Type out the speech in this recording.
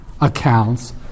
accounts